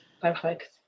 Perfect